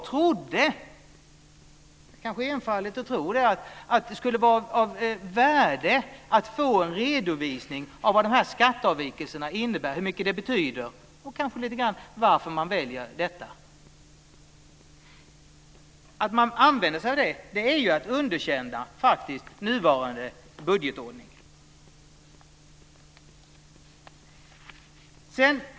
Jag trodde - det kanske är enfaldigt att tro det - att det skulle vara av värde att få en redovisning av vad de här skatteavvikelserna innebär, hur mycket de betyder och kanske varför man väljer detta. Att använda sig av det är ju att underkänna nuvarande budgetordning.